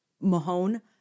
Mahone